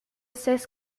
ses